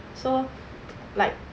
so like